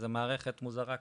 זו מערכת מוזרה כזו,